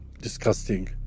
disgusting